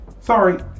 Sorry